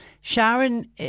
Sharon